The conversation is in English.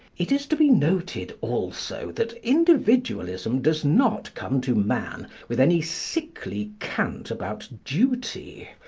it is to be noted also that individualism does not come to man with any sickly cant about duty,